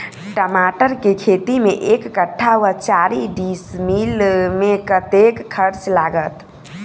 टमाटर केँ खेती मे एक कट्ठा वा चारि डीसमील मे कतेक खर्च लागत?